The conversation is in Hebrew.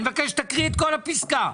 אני מבקש שתקריא את כל הפסקה.